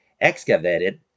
excavated